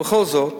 בכל זאת